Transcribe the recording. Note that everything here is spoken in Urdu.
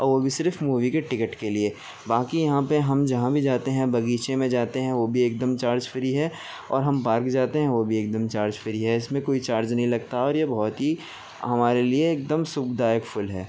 اور وہ بھی صرف مووی کے ٹکٹ کے لیے باقی یہاں پہ ہم جہاں بھی جاتے ہیں باغیچے میں جاتے ہیں وہ بھی ایک دم چارج فری ہے اور ہم پارک جاتے ہیں وہ بھی ایک دم چارج فری ہے اس میں کوئی چارج نہیں لگتا اور یہ بہت ہی ہمارے لیے ایک دم سکھ دایک فل ہے